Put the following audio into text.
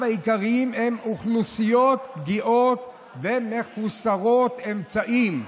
העיקריים הם אוכלוסיות פגיעות ומחוסרות אמצעים".